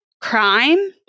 crime